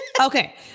Okay